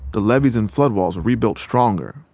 the levees and floodwalls were rebuilt stronger,